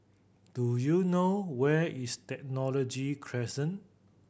do you know where is Technology Crescent